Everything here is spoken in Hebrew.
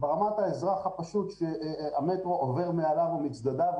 ברמת האזרח הפשוט שהמטרו עובר מעליו או מצדדיו,